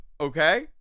Okay